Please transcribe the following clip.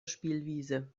spielwiese